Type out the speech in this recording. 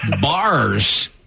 Bars